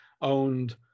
owned